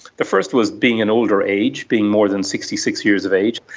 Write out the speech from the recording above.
the first was being an older age, being more than sixty six years of age.